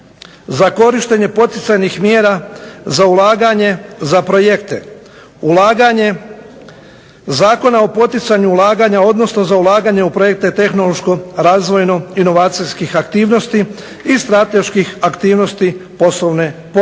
za korištenje poticajnih mjera za ulaganje, za projekte. Ulaganje zakona o poticanju ulaganja odnosno ulaganja u projekte tehnološko razvojno, inovacijskih aktivnosti i strateških aktivnosti poslovne podrške